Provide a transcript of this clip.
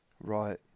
Right